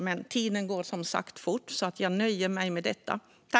Men tiden går som sagt fort, så jag nöjer mig med detta.